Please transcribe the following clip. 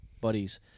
buddies